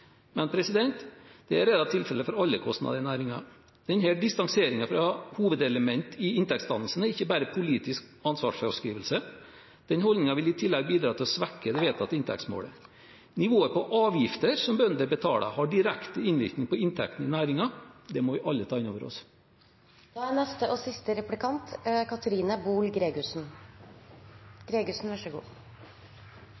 Men det er tilfellet for alle kostnader i næringen. Denne distanseringen fra hovedelementer i inntektsdannelsen er ikke bare politisk ansvarsfraskrivelse – den holdningen vil i tillegg bidra til å svekke det vedtatte inntektsmålet. Nivået på avgifter som bønder betaler, har direkte innvirkning på inntekten i næringen. Det må vi alle ta inn over oss. Kristelig Folkeparti og